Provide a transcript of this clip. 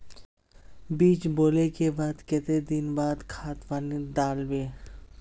बीज बोले के बाद केते दिन बाद खाद पानी दाल वे?